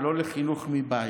ולא לחינוך מבית.